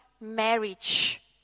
marriage